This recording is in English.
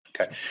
Okay